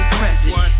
present